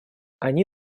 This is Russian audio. они